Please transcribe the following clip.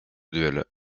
duel